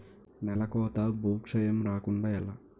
నేలకోత భూక్షయం రాకుండ ఎలా?